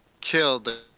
killed